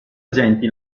agenti